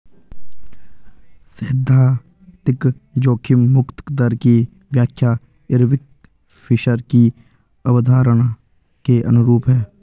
सैद्धांतिक जोखिम मुक्त दर की व्याख्या इरविंग फिशर की अवधारणा के अनुरूप है